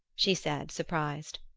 she said, surprised.